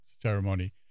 ceremony